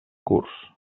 curs